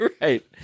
Right